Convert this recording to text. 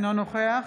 אינו נוכח